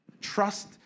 Trust